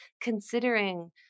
considering